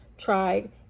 tried